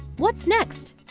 what's next?